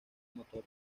motor